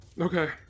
Okay